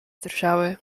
drżały